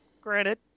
Granted